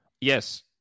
Yes